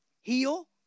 heal